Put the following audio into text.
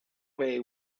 way